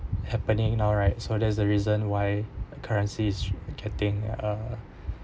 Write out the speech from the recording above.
happening now right so that's the reason why currencies are getting uh